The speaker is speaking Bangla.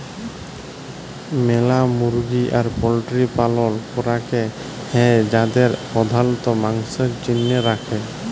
ম্যালা মুরগি আর পল্ট্রির পালল ক্যরাক হ্যয় যাদের প্রধালত মাংসের জনহে রাখে